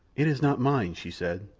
it is not mine, she said.